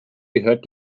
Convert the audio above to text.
gehört